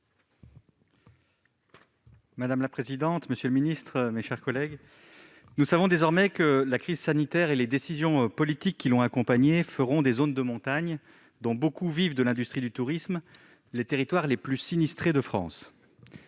cette problématique. La parole est à M. Cédric Vial. Nous savons désormais que la crise sanitaire et les décisions politiques qui l'ont accompagnée feront des zones de montagne, dont beaucoup vivent de l'industrie du tourisme, les territoires les plus sinistrés de France.